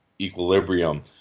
equilibrium